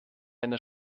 einer